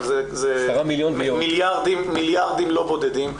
אבל הוא סדר גודל של מיליארדים לא בודדים,